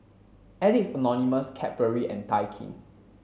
Addicts Anonymous Cadbury and Daikin